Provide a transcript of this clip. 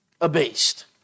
abased